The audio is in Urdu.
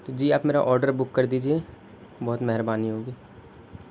جی آپ میرا آڈر بک کر دیجیے بہت مہربانی ہوگی